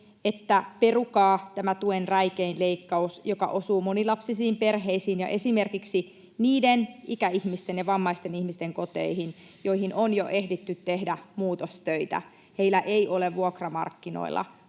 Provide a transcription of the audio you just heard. perukaa tämä tuen räikein leikkaus, joka osuu monilapsisiin perheisiin ja esimerkiksi niiden ikäihmisten ja vammaisten ihmisten koteihin, joihin on jo ehditty tehdä muutostöitä. Heille ei ole vuokramarkkinoilla